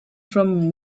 from